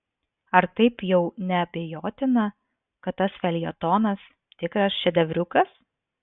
ar taip jau neabejotina kad tas feljetonas tikras šedevriukas